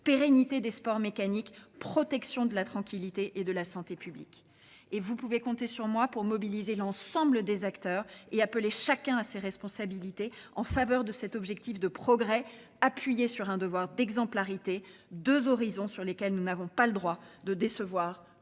pérennité des sports mécaniques, protection de la tranquillité et de la santé publique. Et vous pouvez compter sur moi pour mobiliser l'ensemble des acteurs et appeler chacun à ses responsabilités en faveur de cet objectif de progrès, appuyé sur un devoir d'exemplarité, deux horizons sur lesquels nous n'avons pas le droit de décevoir